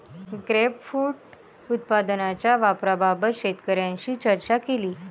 grapefruit उत्पादनाच्या वापराबाबत शेतकऱ्यांशी चर्चा केली